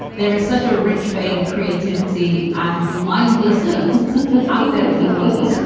there is such a rich vein of creativity and mindless bursts out there in the world,